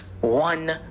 one